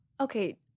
Okay